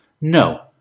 No